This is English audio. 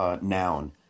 Noun